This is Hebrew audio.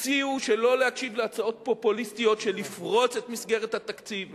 הציעו שלא להקשיב להצעות פופוליסטיות של פריצת מסגרת התקציב,